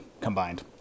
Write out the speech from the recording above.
combined